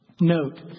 note